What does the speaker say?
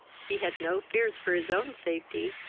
he had no fears for his own safety,